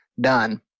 Done